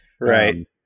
Right